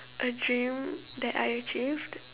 I dream that I achieved